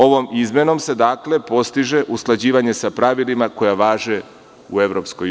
Ovom izmenom se postiže usklađivanje sa pravilima koja važe u EU.